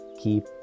keep